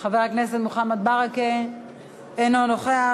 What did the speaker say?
חבר הכנסת מוחמד ברכה אינו נוכח,